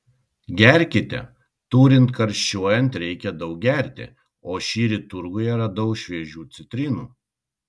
gerkite turint karščiuojant reikia daug gerti o šįryt turguje radau šviežių citrinų